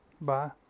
Bye